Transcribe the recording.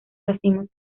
racimos